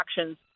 actions